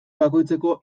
bakoitzeko